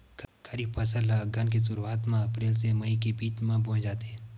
खरीफ फसल ला अघ्घन के शुरुआत में, अप्रेल से मई के बिच में बोए जाथे